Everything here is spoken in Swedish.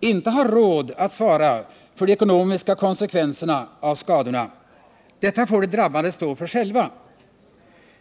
inte har råd att svara för de ekonomiska konsekvenserna av dessa skador — dem får de drabbade stå för själva.